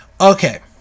Okay